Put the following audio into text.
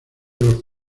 los